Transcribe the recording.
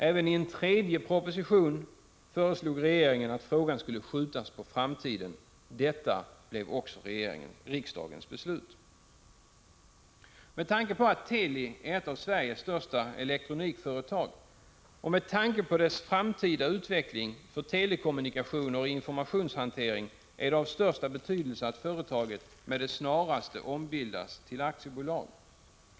Även i en tredje proposition föreslog regeringen att frågan skulle skjutas på framtiden. Detta blev också riksdagens beslut. Med tanke på att Teli är ett av Sveriges största elektronikföretag och med tanke på dess framtida utveckling för telekommunikationer och informationshantering, är det av största betydelse att företaget med det snaraste ombildas till aktiebolag.